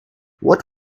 what